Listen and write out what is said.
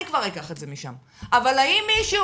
אני כבר אקח את זה משם, אבל האם מישהו